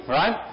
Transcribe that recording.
right